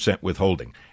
withholding